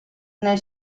nei